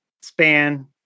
span